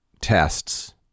tests